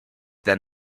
than